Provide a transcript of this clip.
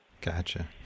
Gotcha